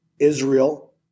Israel